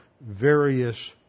various